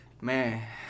man